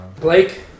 Blake